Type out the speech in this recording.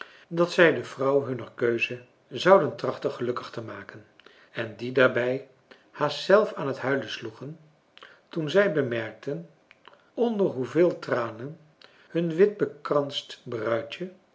dat zij de vrouw hunner keuze zouden trachten gelukkig te maken en die daarbij haast zelf aan het huilen sloegen toen zij bemerkten onder hoeveel tranen hun witbekranst bruidje